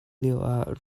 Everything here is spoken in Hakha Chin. lioah